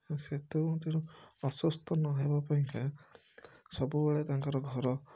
ଆଉ ସେଥିମଧ୍ୟରୁ ଅସୁସ୍ଥ ନ ହେବା ପାଇଁକା ସବୁ ବେଲେ ତାଙ୍କର ଘର